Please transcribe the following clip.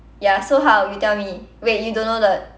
ya so how you tell me wait you don't know the